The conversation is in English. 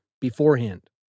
beforehand